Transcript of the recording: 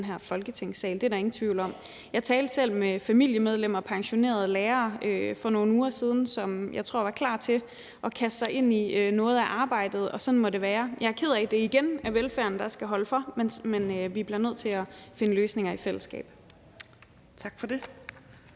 Folketingssal. Det er der ingen tvivl om. Jeg talte selv for nogle uger siden med familiemedlemmer og pensionerede lærere, som jeg tror var klar til at kaste sig ind i noget af arbejdet, og sådan må det være. Jeg er ked af, at det igen er velfærden, der skal holde for, men vi bliver nødt til at finde løsninger i fællesskab. Kl.